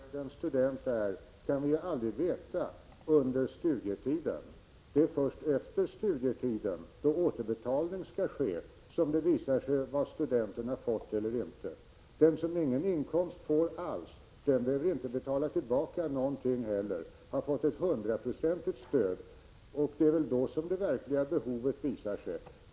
Fru talman! Hur väl eller illa ställd en student är, kan vi aldrig veta under studietiden. Det är först efter studietiden, då återbetalning skall ske, som det visar sig vad studenten har fått. Den som inte har någon inkomst alls behöver heller inte betala tillbaka någonting och har fått ett hundraprocentigt stöd. Det är väl då som det verkliga behovet visar sig.